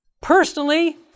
personally